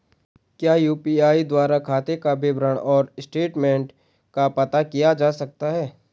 क्या यु.पी.आई द्वारा खाते का विवरण और स्टेटमेंट का पता किया जा सकता है?